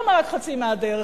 למה רק חצי מהדרך?